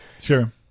sure